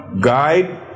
guide